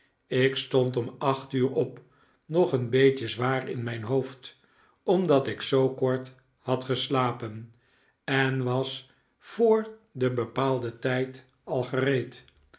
ik stond om acht uur op nog een beetje zwaax in mijn hoofd omdat ik zoo kort had geslapen en was voor den bepaalden tijd al gereed